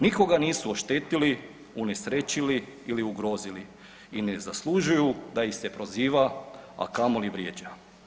Nikoga nisu oštetili, unesrećili ili ugrozili i ne zaslužuju da ih se proziva, a kamoli vrijeđa.